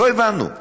לא הבנו.